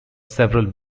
several